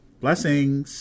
Blessings